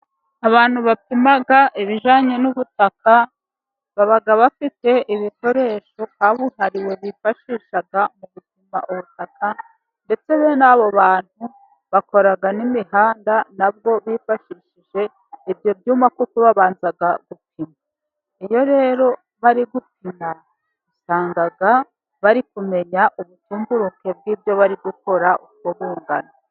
Abantu bapima ibijyanye n'ubutaka baba bafite ibikoresho byabuhariwe bifashisha mu gupima ubutaka ndetse bene'abo bantu bakora n'imihanda, nabwo bifashishije ibyo byuma kuko babanza gupima, iyo rero bari gukina usanga bari kumenya ubutumburuke bw'ibyo bari gukora uko bungana.